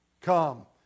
come